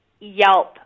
Yelp